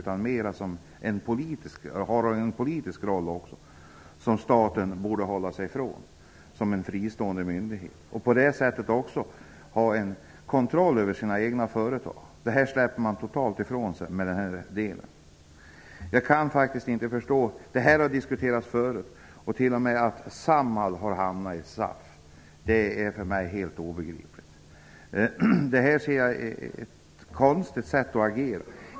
Den har också en politisk roll, något som staten borde hålla sig ifrån men ändå ha kontroll över sina egna företag. Nu släpper man den totalt ifrån sig. Jag kan faktiskt inte förstå detta. Att Samhall har hamnat under SAF är för mig helt obegripligt. Jag tycker att det är ett konstigt sätt att agera.